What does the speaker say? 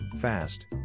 fast